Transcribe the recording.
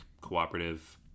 cooperative